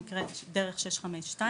שנקראת דרך 652,